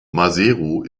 maseru